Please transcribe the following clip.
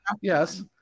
Yes